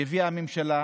שהביאה הממשלה,